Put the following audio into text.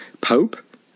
Pope